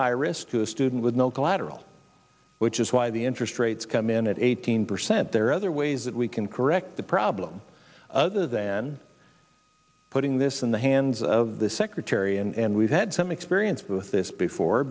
high risk to a student with no collateral which is why the interest rates come in at eighteen percent there are other ways that we can correct the problem other than putting this in the hands of the secretary and we've had some experience with this before